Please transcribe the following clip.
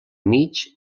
mig